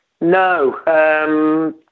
no